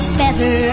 better